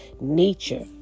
nature